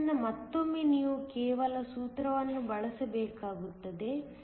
ಆದ್ದರಿಂದ ಮತ್ತೊಮ್ಮೆ ನೀವು ಕೇವಲ ಸೂತ್ರವನ್ನು ಬಳಸಬೇಕಾಗುತ್ತದೆ